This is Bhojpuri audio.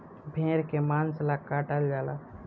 भेड़ के मांस ला काटल जाला